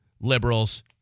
liberals